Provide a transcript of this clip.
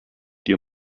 dir